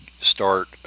start